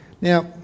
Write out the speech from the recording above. Now